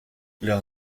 leur